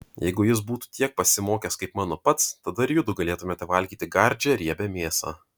jeigu jis būtų tiek pasimokęs kaip mano pats tada ir judu galėtumėte valgyti gardžią riebią mėsą